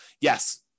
yes